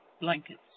blankets